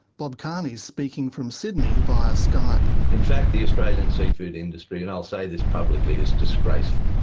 bob kearney's speaking from sydney via skype. in fact the australian seafood industry and i'll say this publicly is disgraceful.